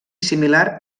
similar